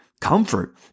comfort